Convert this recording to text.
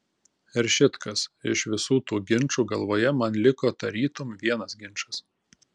ir šit kas iš visų tų ginčų galvoje man liko tarytum vienas ginčas